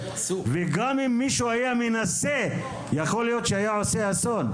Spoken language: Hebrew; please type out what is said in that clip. גם אם מישהו היה מנסה, יכול להיות שהיה עושה אסון.